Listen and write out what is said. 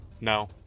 No